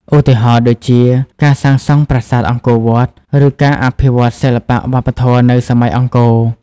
ឧទាហរណ៍ដូចជា ការសាងសង់ប្រាសាទអង្គរវត្ត ឬការអភិវឌ្ឍន៍សិល្បៈវប្បធម៌នៅសម័យអង្គរ។